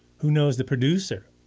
who knows the producer?